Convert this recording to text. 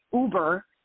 Uber